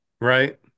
Right